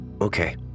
okay